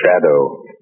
shadow